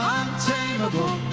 untamable